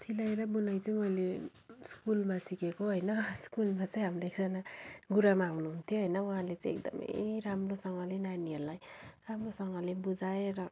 सिलाई र बुनाई चाहिँ मैले स्कुलमा सिकेको होइन स्कुलमा चाहिँ हाम्रो एकजना गुरूआमा हुनुहुन्थ्यो होइन उहाँले चाहिँ एकदमै राम्रोसँगले नानीहरूलाई राम्रोसँगले बुझाएर